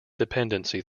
dependency